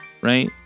Right